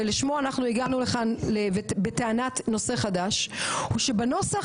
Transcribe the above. ולשמו אנחנו הגענו לכאן בטענת נושא חדש - הוא שבנוסח